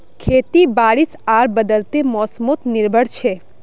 खेती बारिश आर बदलते मोसमोत निर्भर छे